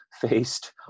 faced